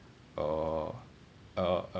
orh orh err